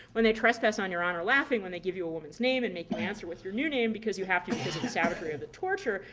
when they trespass on your honor, laughing when they give you a woman's name, and make you answer with your new name because you have to because of the savagery of the torture.